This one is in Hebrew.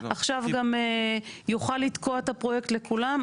עכשיו גם יוכל לתקוע את הפרויקט לכולם.